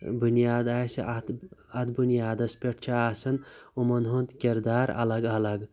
بُنیاد آسہِ اَتھ اَتھ بُنیادَس پیٚٹھ چھُ آسان یِمَن ہُنٛد کِردار اَلَگ اَلَگ